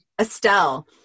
Estelle